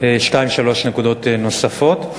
שתיים-שלוש נקודות נוספות.